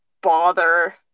bother